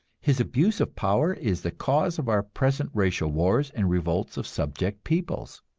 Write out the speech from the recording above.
his abuse of power is the cause of our present racial wars and revolts of subject peoples.